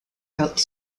wrote